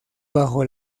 bajo